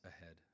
ahead